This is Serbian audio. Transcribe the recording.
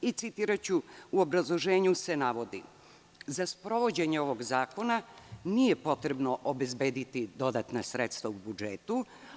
U obrazloženju se navodi: „Za sprovođenje ovog zakona nije potrebno obezbediti dodatna sredstva u budžetu.